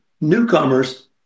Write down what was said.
newcomers